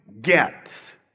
get